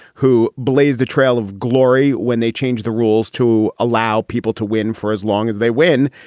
who blazed the trail of glory when they changed the rules to allow people to win for as long as they win.